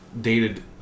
dated